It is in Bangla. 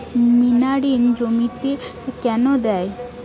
নিমারিন জমিতে কেন দেয়?